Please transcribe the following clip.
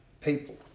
people